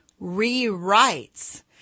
rewrites